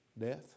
death